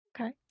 Okay